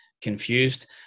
confused